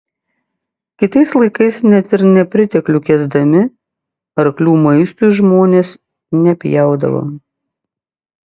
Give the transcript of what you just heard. kitais laikais net ir nepriteklių kęsdami arklių maistui žmonės nepjaudavo